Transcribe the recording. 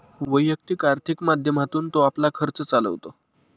वैयक्तिक आर्थिक माध्यमातून तो आपला खर्च चालवतो